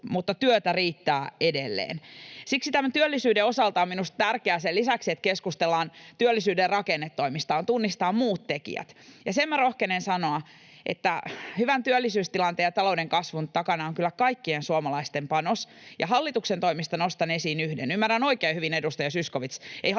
mutta työtä riittää edelleen. Siksi tämän työllisyyden osalta on minusta tärkeää — sen lisäksi, että keskustellaan työllisyyden rakennetoimista — tunnistaa muut tekijät, ja sen minä rohkenen sanoa, että hyvän työllisyystilanteen ja talouden kasvun takana on kyllä kaikkien suomalaisten panos, ja hallituksen toimista nostan esiin yhden. Ymmärrän oikein hyvin, edustaja Zyskowicz,